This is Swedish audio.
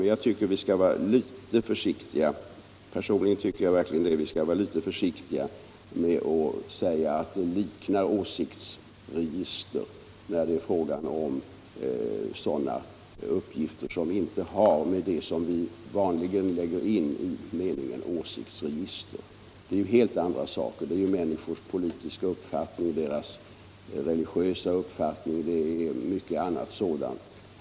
Men jag tycker personligen att vi verkligen skall vara lite försiktiga med att säga att det liknar åsiktsregistrering när det är fråga om sådana uppgifter som inte har med det vi vanligen lägger in i beteckningen åsiktsregister att göra. Det är helt andra saker: människors politiska uppfattning, deras religiösa uppfattning och mycket annat sådant.